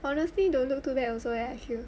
honestly don't look too bad also leh I feel